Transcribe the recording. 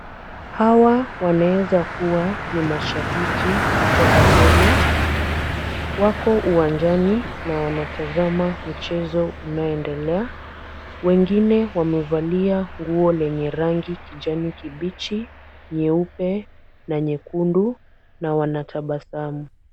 Hawa wanaeza kuwa ni mashabiki kutoka Kenya. Wako uwanjani na wanatazama mchezo unaoendelea. Wengine wamevalia nguo lenye rangi kijani kibichi, nyeupe na nyekundu na wanatabasamu.